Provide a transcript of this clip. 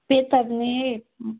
ꯄꯦꯠꯇꯕꯅꯤꯍꯦ